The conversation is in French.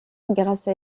grâce